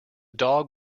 dog